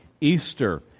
Easter